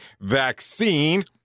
vaccine